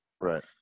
Right